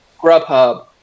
Grubhub